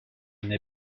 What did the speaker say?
n’ai